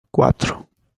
cuatro